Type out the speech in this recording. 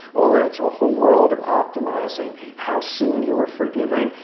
all of that. so a whole world of optimizing how soon you're forgiving.